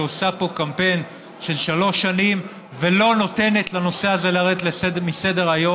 שעושה פה קמפיין של שלוש שנים ולא נותנת לנושא הזה לרדת מסדר-היום.